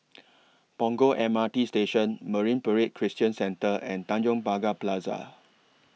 Punggol M R T Station Marine Parade Christian Centre and Tanjong Pagar Plaza